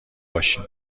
باشین